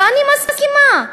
ואני מסכימה.